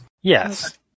Yes